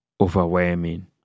overwhelming